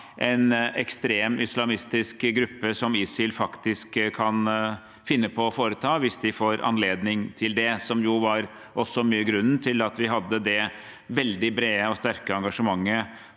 en ekstrem islamistisk gruppe som ISIL faktisk kan finne på å foreta seg hvis de får anledning til det. Det var også mye av grunnen til at vi hadde det veldig brede og sterke engasjementet